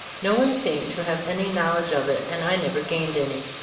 no one seemed to have any knowledge of it, and i never gained any.